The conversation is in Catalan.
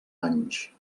anys